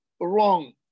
wrong